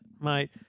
Mate